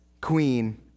queen